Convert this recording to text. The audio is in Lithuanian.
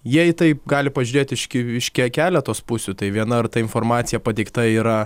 jei taip gali pažiūrėti iš ke iš ke keletos pusių tai viena ar ta informacija pateikta yra